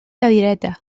cadireta